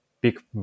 big